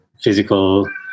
physical